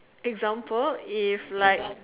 example if like